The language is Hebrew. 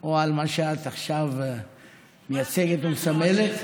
או על מה שאת עכשיו מייצגת ומסמלת,